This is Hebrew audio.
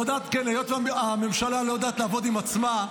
היות שהממשלה לא יודעת לעבוד עם עצמה,